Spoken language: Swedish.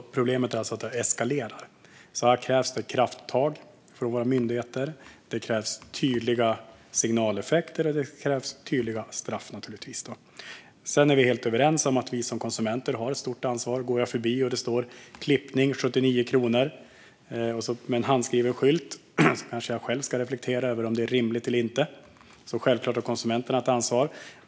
Problemet eskalerar, så här krävs det krafttag från våra myndigheter, och det krävs tydliga signaleffekter och tydliga straff. Sedan är vi helt överens om att vi som konsumenter har ett stort ansvar. Om jag går förbi en skylt där det står "klippning 79 kronor" på en handskriven skylt kanske jag själv ska reflektera över om det är rimligt eller inte, så självklart har konsumenten ett ansvar.